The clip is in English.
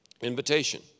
invitation